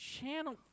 Channel